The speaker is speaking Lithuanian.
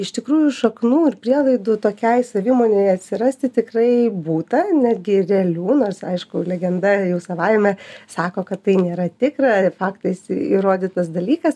iš tikrųjų šaknų ir prielaidų tokiai savimonei atsirasti tikrai būta netgi ir realių nors aišku legenda jau savaime sako kad tai nėra tikra ir faktais įrodytas dalykas